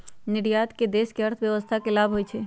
निर्यात से देश के अर्थव्यवस्था के लाभ होइ छइ